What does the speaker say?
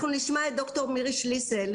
אנחנו נשמע את ד"ר מירי שליסל,